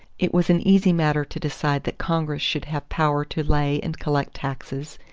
it was an easy matter to decide that congress should have power to lay and collect taxes,